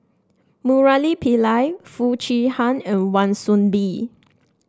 Murali Pillai Foo Chee Han and Wan Soon Bee